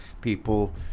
people